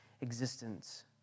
existence